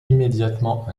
immédiatement